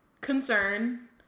concern